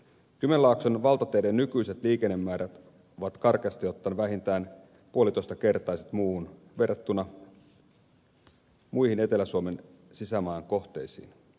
kymenlaakson valtateiden nykyiset liikennemäärät ovat karkeasti ottaen vähintään puolitoistakertaiset verrattuna muihin etelä suomen sisämaan kohteisiin